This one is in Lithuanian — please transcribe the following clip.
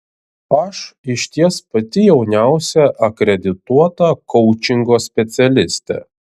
aš išties pati jauniausia akredituota koučingo specialistė